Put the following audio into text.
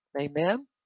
Amen